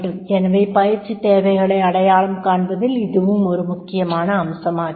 எனவே பயிற்சித் தேவைகளை அடையாளம் காண்பதில் இதுவும் ஒரு முக்கியமான அம்சமாகிறது